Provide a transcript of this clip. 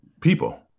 People